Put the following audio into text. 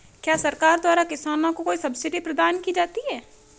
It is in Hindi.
क्या सरकार द्वारा किसानों को कोई सब्सिडी प्रदान की जाती है?